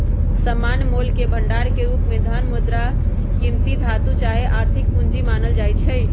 सामान्य मोलके भंडार के रूप में धन, मुद्रा, कीमती धातु चाहे आर्थिक पूजी मानल जाइ छै